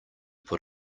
put